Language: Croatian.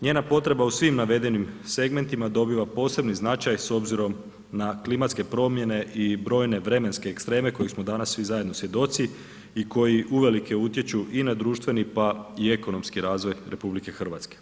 Njena potreba u svim navedenim segmentima dobiva posebni značaj s obzirom na klimatske promjene i brojne vremenske ekstreme kojih smo danas svi zajedno svjedoci i koji i uvelike utječu i na društveni pa i ekonomski razvoj RH.